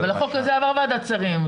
אבל החוק הזה עבר ועדת שרים.